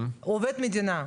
הוא עובד מדינה.